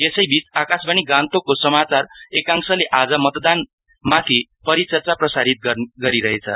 यसैबीच आकाशवाणी गान्तोकको समाचार एकांशले आज मतदानमाथि परिचर्चा प्रसारित गरिरहेछ